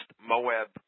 Moab